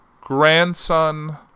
grandson